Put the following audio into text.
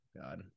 God